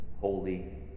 holy